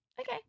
okay